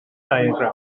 diagram